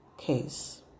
case